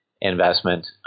investment